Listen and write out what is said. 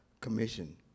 commission